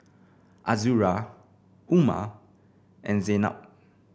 Azura Umar and Zaynab